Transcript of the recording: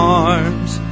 arms